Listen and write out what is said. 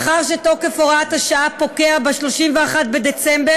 מאחר שתוקף הוראת השעה פוקע ב-31 בדצמבר,